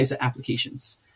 applications